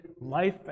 life